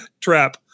trap